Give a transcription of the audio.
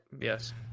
Yes